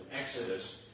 exodus